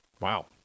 Wow